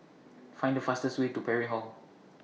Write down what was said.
Find The fastest Way to Parry Hall